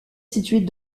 située